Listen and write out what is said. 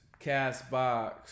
CastBox